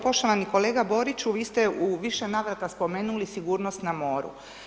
Poštovani kolega Boriću vi ste u više navrata spomenuli sigurnost na moru.